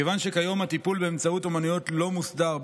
כיוון שכיום הטיפול באמצעות אומנויות לא מוסדר,